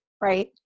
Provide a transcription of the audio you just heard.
right